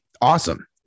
awesome